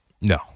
no